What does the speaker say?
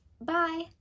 Bye